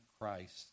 Christ